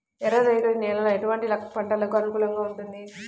ఎర్ర రేగడి నేల ఎటువంటి పంటలకు అనుకూలంగా ఉంటుంది?